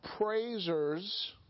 praisers